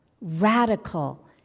radical